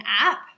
app